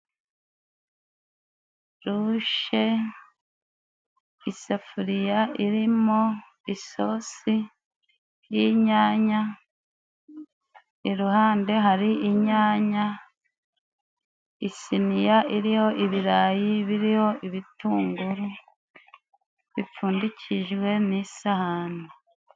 Rushe, isafuriya irimo isosi y'inyanya, iruhande hari inyanya, isiniya iriho ibirayi biriho ibitunguru bipfundikijwe n'isahani.